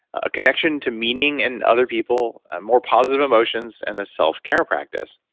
a connection to meaning and other people, more positive emotions and the self-care practice.